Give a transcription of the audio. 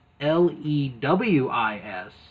L-E-W-I-S